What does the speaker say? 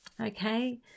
okay